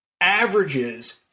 averages